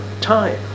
time